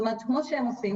כמו שהם עושים,